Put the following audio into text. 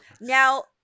Now